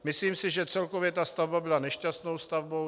Myslím si, že celkově byla stavba nešťastnou stavbou.